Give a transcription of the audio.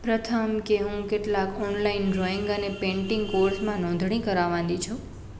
પ્રથમ કે હું કેટલાક ઓનલાઈન ડ્રોઈંગ અને પેંટિંગ કોર્ષમાં નોંધણી કરાવવાની છું